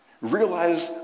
Realize